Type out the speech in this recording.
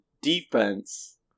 defense